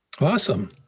Awesome